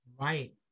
Right